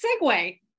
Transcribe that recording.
segue